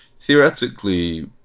theoretically